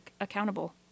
accountable